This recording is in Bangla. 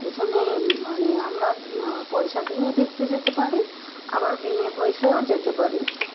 এখানে মানে আমরা পয়সা দিয়েও দেখতে যেতে পারি আবার বিনে পয়সায়ও যেতে পারি